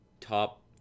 top